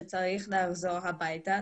שצריך לחזור הביתה,